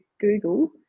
Google